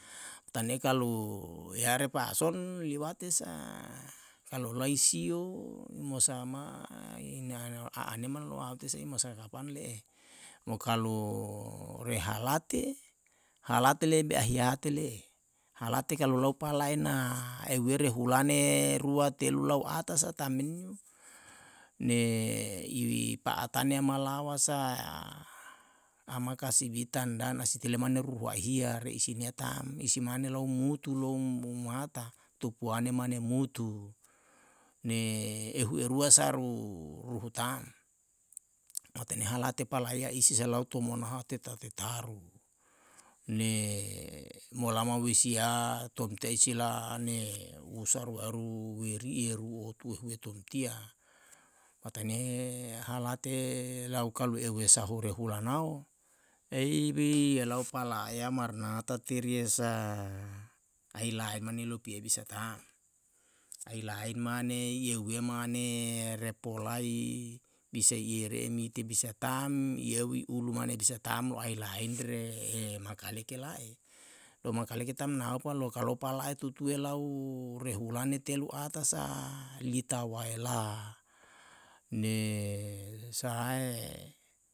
Tanei kalu yare pa'ason liwate sa kalu hulai sio i mosa ma a ane no auti sai mosae kapan le'e. mo kalu re halat, halate lebe ahiate le'e, halate kalu lau palaena ehuwere hulane rua telu lau ata sa tam menio. ne i pa'atane ama lawa sa ama kasibi tandan a si tili mane ru ahia re isi nia ta'm isi mane lou mutu lou mata tupuane mane mutu ne ehu erua saru ruhu ta'm matane halate palaya isi sa lau tomonoha teta tetaru ne molama wesia tomtei si lahane usa rueru weri eru ohotue tontia. matane halate lau kalu ehu wesa hore hulanao eibi elau palaea marnata terie sa ailain mane lopi'e bisa ta'm, ailain mane i ehu'e mane repolai bisai iere mite bisa tam i eu wi ulu mane bisa tam lo ai lain re makale ke la'e. lo makale ke tam naopa lo kalo palae tutu'e lau rehulane telu ata sa litwa waela ne sahae